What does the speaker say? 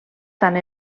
tant